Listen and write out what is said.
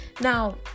Now